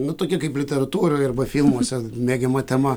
nu tokia kaip literatūroj arba filmuose mėgiama tema